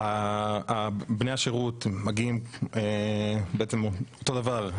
בני השירות מגיעים אותו דבר,